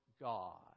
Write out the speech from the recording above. God